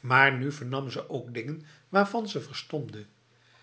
maar nu vernam ze ook dingen waarvan ze verstomde